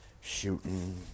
Shooting